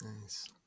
Nice